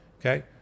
Okay